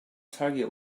target